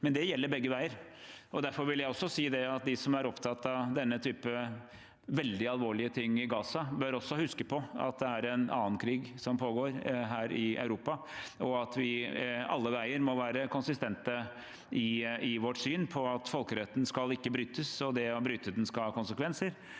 Det gjelder begge veier. Derfor vil jeg også si at de som er opptatt av denne type veldig alvorlige ting i Gaza, bør huske på at det er en annen krig som pågår, her i Europa. Vi må alle veier være konsistente i vårt syn på at folkeretten ikke skal brytes, og at det å bryte den skal ha konsekvenser.